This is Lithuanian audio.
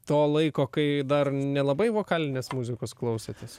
to laiko kai dar nelabai vokalinės muzikos klausėtės